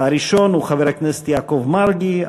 הראשון הוא חבר הכנסת יעקב מרגי.